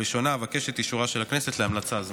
ועדת הכנסת ממליצה לכנסת